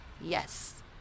yes